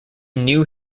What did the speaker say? knew